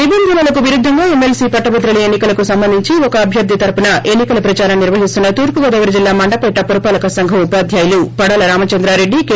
నిబంధనలకు విరుద్దంగా ఎమ్మెల్సీ పట్టభద్రుల ఎన్సి కలకు సంబంధించి ఒక అభ్యర్థి తరఫున ఎన్సికల ప్రదారం నిర్వహిస్తున్న తూర్పుగోదావరి జిల్లా మండపేట పురపాలక సంఘం ఉపాధ్యాయులు పడాల రామచంద్రారెడ్డి కె